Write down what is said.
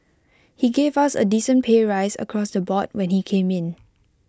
he gave us A decent pay rise across the board when he came in